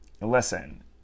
listen